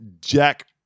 jack